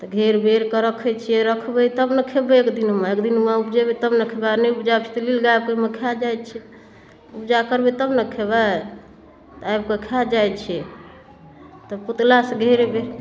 तऽ घेर बेरकऽ रखै छिए रखबै तब ने खेबै एक दिनमे एक दिनमे उपजेबै तब ने खेबै आओर नहि उपजाएब तऽ नील गाइ आबिके खा जाइ छै उपजा करबै तब ने खेबै तऽ आबिके खा जाइ छै तऽ पुतलासँ घेर बेर